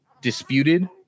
disputed